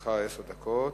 לרשותך עשר דקות.